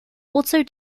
also